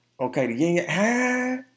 Okay